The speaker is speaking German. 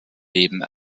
leben